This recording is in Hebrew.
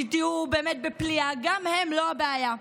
תהיו באמת בפליאה, גם הם לא הבעיה.